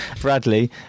Bradley